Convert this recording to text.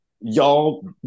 y'all